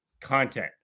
content